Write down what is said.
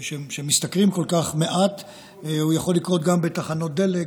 שמשתכרים כל כך מעט יכול לקרות גם בתחנות דלק,